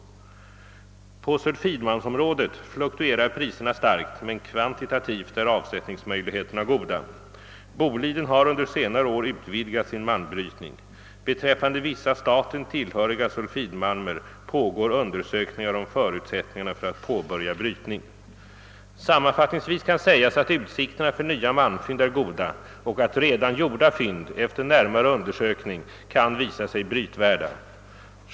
På sulfidmalmsområdet = fluktuerar priserna starkt men kvantitativt är avsättningsmöjligheterna goda. Boliden har under senare år utvidgat sin malmbrytning. Beträffande vissa staten tillhöriga sulfidmalmer pågår undersökningar om förutsättningarna för att påbörja brytning. Sammanfattningsvis kan sägas att utsikterna för nya malmfynd är goda och att redan gjorda fynd efter närmare undersökning kan visa sig brytvärda.